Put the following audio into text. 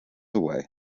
away